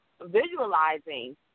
visualizing